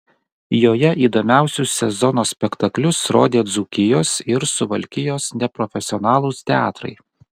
joje įdomiausius sezono spektaklius rodė dzūkijos ir suvalkijos neprofesionalūs teatrai